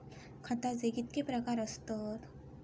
खताचे कितके प्रकार असतत?